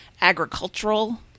agricultural